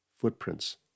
footprints